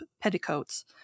petticoats